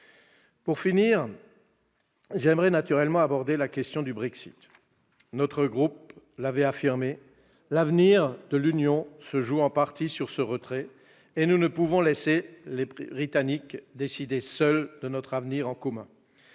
Pour finir, j'aborderai naturellement la question du Brexit. Notre groupe l'a affirmé : l'avenir de l'Union européenne se joue en partie sur ce retrait, et nous ne pouvons laisser les Britanniques décider seuls de notre avenir en commun.